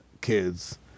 kids